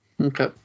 okay